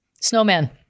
Snowman